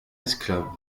esclaves